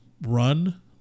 run